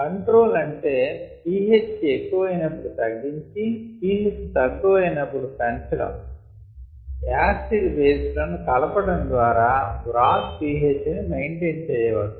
control అంటే pH ఎక్కువ అయినపుడు తగ్గించి pH తక్కువ అయినపుడు పెంచటం యాసిడ్ బేస్ లను కలపటం ద్వారా బ్రాత్ pH ని మెయింటైన్ చెయ్యొచ్చు